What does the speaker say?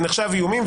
זה נחשב איומים,